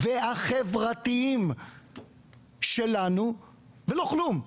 והחברתיים שלנו ולא כלום.